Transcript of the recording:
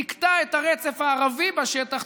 תקטע את הרצף הערבי בשטח,